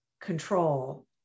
control